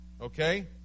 Okay